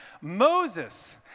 Moses